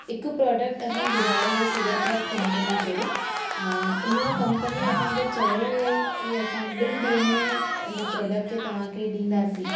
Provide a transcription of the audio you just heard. हिकु प्रॉडक्ट असां घुरायो हुओ सुगरपॉप कंपनी जो उन कंपनी असांखे चयो हुओ की असां ॿिनि ॾींहनि मे इन प्रॉडक्ट के तव्हांखे ॾींदासीं